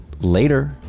Later